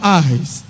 eyes